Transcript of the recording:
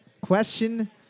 Question